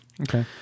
Okay